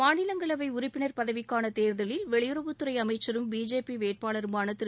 மாநிலங்களவை உறுப்பினர் பதவிக்கான தேர்தலில் வெளியுறவுத்துறை அமைச்சரும் பிஜேபி வேட்பாளருமான திரு